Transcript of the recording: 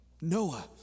Noah